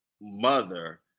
mother